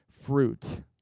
fruit